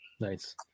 Nice